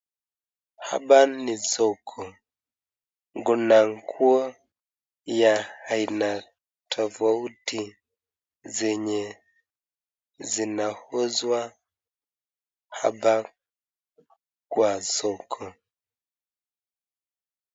Hapa ni soko, kuna nguo ya aina tofauti zenye zinauzwa hapa kwa soko.